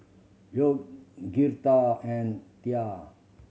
York Girtha and Tia